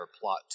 plot